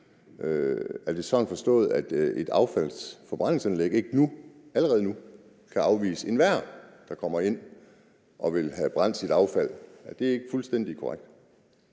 det sådan, at et affaldsforbrændingsanlæg ikke allerede nu kan afvise enhver, der kommer ind og vil have brændt sit affald? Er det ikke fuldstændig korrekt?